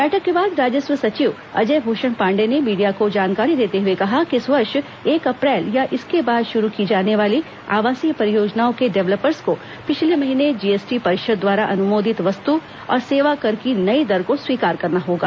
बैठक के बाद राजस्व सचिव अजय भूषण पांडे ने मीडिया को जानकारी देते हुए कहा कि इस वर्ष एक अप्रैल या इसके बाद शुरु की जाने वाली आवासीय परियोजनाओं के डेवलपर्स को पिछले महीने जीएसटी परिषद द्वारा अनुमोदित वस्तु और सेवा कर की नई दर को स्वीकार करना होगा